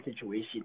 situation